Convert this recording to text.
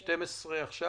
השעה עכשיו